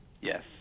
Yes